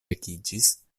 vekiĝis